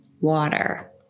water